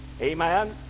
Amen